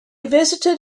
visited